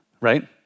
right